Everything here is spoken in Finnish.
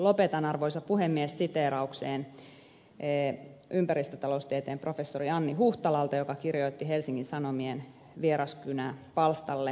lopetan arvoisa puhemies siteeraukseen ympäristötaloustieteen professori anni huhtalalta joka kirjoitti helsingin sanomien vieraskynä palstalle